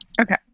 Okay